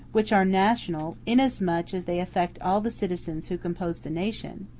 which are national inasmuch as they affect all the citizens who compose the nation,